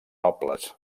nobles